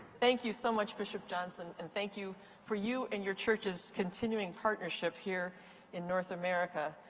thank you so much, bishop johnson. and thank you for you and your church's continuing partnership here in north america.